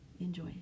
Enjoy